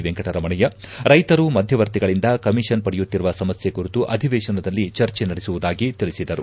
ವೆಂಕಟರಮಣಯ್ಯ ರೈತರು ಮಧ್ಯವರ್ತಿಗಳಿಂದ ಕಮಿಷನ್ ಪಡೆಯುತ್ತಿರುವ ಸಮಸ್ಥೆ ಕುರಿತು ಅಧಿವೇಶನದಲ್ಲಿ ಚರ್ಚೆ ನಡೆಸುವುದಾಗಿ ತಿಳಿಸಿದರು